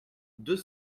deux